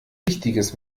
wichtiges